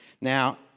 Now